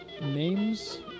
names